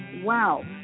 wow